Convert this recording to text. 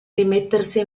rimettersi